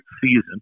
season